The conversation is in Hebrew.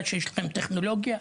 הטכנולוגית,